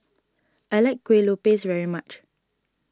I like Kuih Lopes very much